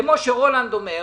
כמו שרולנד אומר,